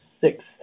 six